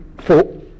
four